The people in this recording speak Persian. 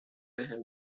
بهم